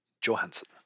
johansson